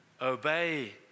obey